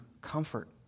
comfort